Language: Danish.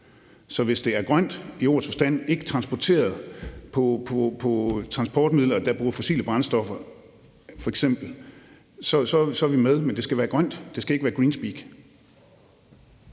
så hvis det er grønt i ordets forstand og f.eks. ikke er transporteret på transportmidler, der bruger fossile brændstoffer, så er vi med. Men det skal være grønt. Det skal ikke være greenspeak.